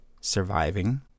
surviving